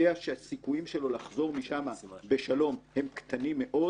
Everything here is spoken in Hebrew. שהסיכויים שלו לחזור משם בשלום הם קטנים מאוד,